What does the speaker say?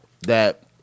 that-